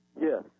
Yes